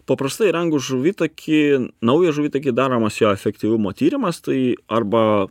paprastai rangu žuvitakį naują žuvitakį daromas jo efektyvumo tyrimas tai arba